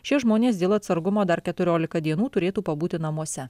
šie žmonės dėl atsargumo dar keturiolika dienų turėtų pabūti namuose